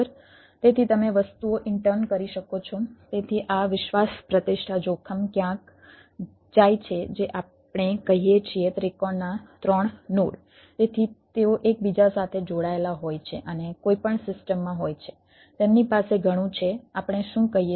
તેથી તમે વસ્તુઓ ઇન્ટર્ન હોઈ શકે છે